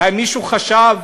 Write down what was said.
האם מישהו חשב?